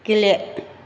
गेले